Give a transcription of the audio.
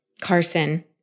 Carson